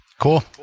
cool